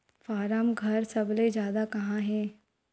form घर सबले जादा कहां हे